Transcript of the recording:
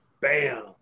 bam